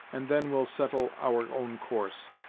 and then we'll settle our own course.